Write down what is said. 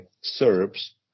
Serbs